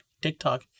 TikTok